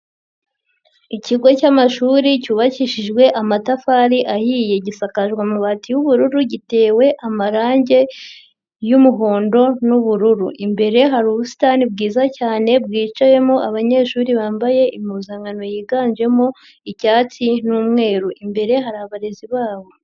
Ikigo cy'amashuri cyubakishijwe amatafari ahiye, gisakaje amabati y'ubururu, gitewe amarangi y'umuhondo n'ubururu, imbere hari ubusitani bwiza cyane bwicayemo abanyeshuri bambaye impuzankano yiganjemo icyatsi n'umweru, imbere hari abarezi babo.